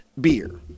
beer